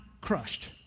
crushed